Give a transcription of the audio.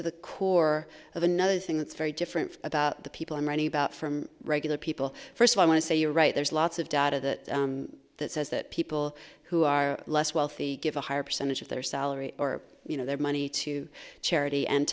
to the core of another thing that's very different about the people i'm writing about from regular people first i want to say you're right there's lots of data that says that people who are less wealthy give a higher percentage of their salary or you know their money to charity and